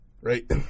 right